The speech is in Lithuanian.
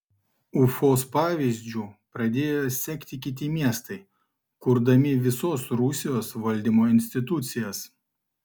ufos pavyzdžiu pradėjo sekti kiti miestai kurdami visos rusijos valdymo institucijas